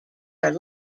are